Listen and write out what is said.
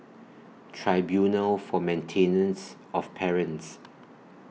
Tribunal For Maintenance of Parents